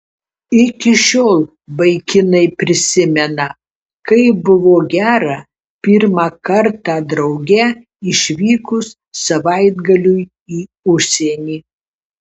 iki šiol vaikinai prisimena kaip buvo gera pirmą kartą drauge išvykus savaitgaliui į užsienį